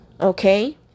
Okay